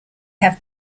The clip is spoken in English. have